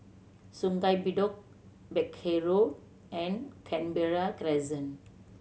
Sungei Bedok Peck Hay Road and Canberra Crescent